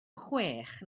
chwech